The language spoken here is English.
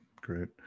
great